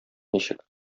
ничек